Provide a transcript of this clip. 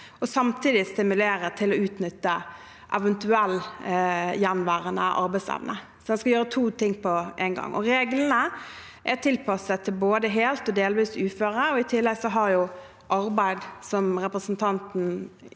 og samtidig stimulere til å utnytte eventuell gjenværende arbeidsevne. Så den skal gjøre to ting på en gang. Reglene er tilpasset både helt og delvis uføre, og i tillegg har arbeid en egenverdi